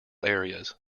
areas